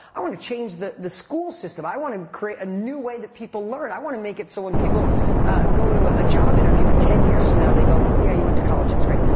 i want to change the the school system. i want to um create a new way that people learn. i want to make it so when people go to a job interview in ten years from now they go, yeah, you went to college, that's great,